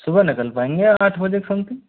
सुबह निकल पाएंगे आठ बजे के समथिंग